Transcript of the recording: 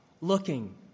looking